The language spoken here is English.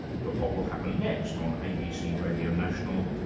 that what will happen next on abc radio national,